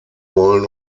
wollen